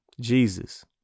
Jesus